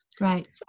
Right